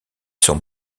sont